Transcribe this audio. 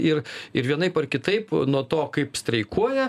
ir ir vienaip ar kitaip nuo to kaip streikuoja